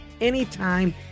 anytime